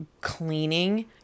cleaning